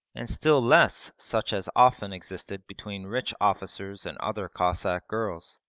and still less such as often existed between rich officers and other cossack girls.